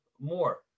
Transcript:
more